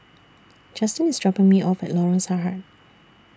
Justyn IS dropping Me off At Lorong Sarhad